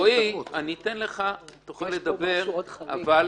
רועי, אני אתן לך, תוכל לדבר, אבל